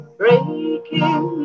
breaking